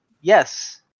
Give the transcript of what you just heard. Yes